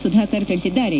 ಸುಧಾಕರ್ ತಿಳಿಸಿದ್ದಾರೆ